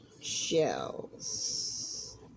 shells